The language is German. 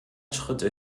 schritte